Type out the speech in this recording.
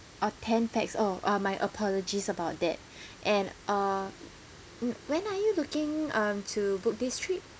orh ten pax oh uh my apologies about that and uh mm when are you looking um to book this trip